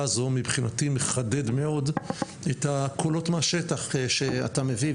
הזו מבחינתי מחדד מאד את הקולות מהשטח שאתה מביא,